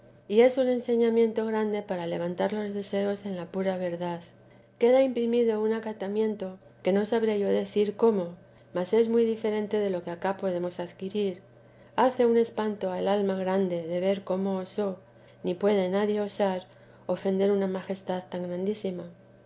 y es un enseñamiento grande para levantar los deseos en la pura verdad queda imprimido un acatamiento que no sabré yo decir cómo mas es muy diferente de lo que acá podemos adquirir hace un espanto al alma grande de ver cómo osó ni puede nadie osar ofender una majestad tan grandísima